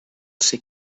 ser